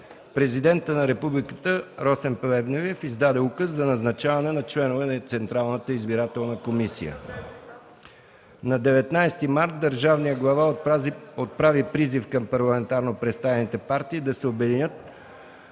Президентът на Републиката Росен Плевнелиев издаде Указ за назначаването на членове на Централната избирателна комисия (ЦИК). На 19 март 2014 г. държавният глава отправи призив към парламентарно представените партии да се обединят